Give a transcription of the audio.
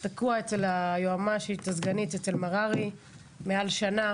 זה תקוע אצל סגנית היועמ"שית מררי מעל שנה,